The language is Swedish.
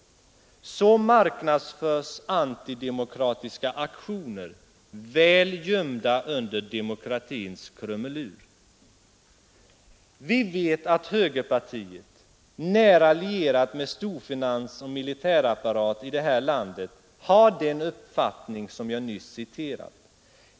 Så marknadsförs anti-demokratiska aktioner, väl gömda under demokratins krumelur.” Vi vet att högerpartiet — nära lierat med storfinans och militärapparat — i det här landet har den uppfattning som jag nyss citerat.